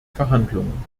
verhandlungen